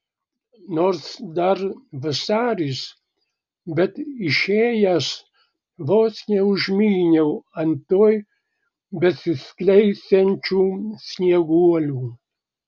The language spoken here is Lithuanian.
nors dar vasaris bet išėjęs vos neužmyniau ant tuoj besiskleisiančių snieguolių